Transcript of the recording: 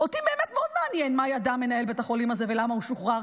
אותי באמת מאוד מעניין מה ידע מנהל בית החולים הזה ולמה הוא שוחרר.